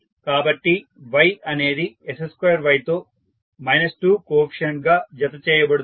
కాబట్టి y అనేది s2Y తో 2 కోఎఫీసియంట్ గా జత చేయబడుతుంది